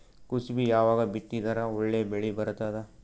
ಕುಸಬಿ ಯಾವಾಗ ಬಿತ್ತಿದರ ಒಳ್ಳೆ ಬೆಲೆ ಬರತದ?